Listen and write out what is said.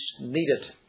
needed